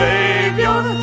Savior